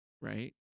right